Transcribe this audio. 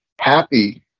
Happy